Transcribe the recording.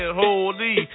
holy